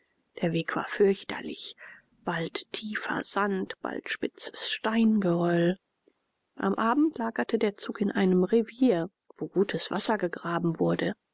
der weg war fürchterlich bald tiefer sand bald spitzes steingeröll am abend lagerte der zug in einem rivier wo gutes wasser gegraben wurde